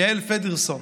יעל פרידסון